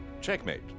Checkmate